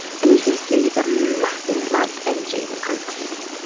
and you can see the massive amount of energy that comes off it.